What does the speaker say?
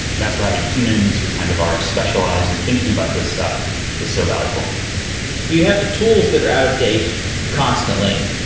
and that's where having humans who kind of are specialized and thinking about this stuff is so valuable. so you have the tools that are out of date constantly.